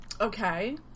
Okay